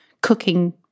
cooking